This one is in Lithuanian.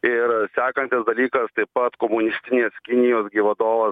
ir sekantis dalykas taip pat komunistinės kinijos vadovas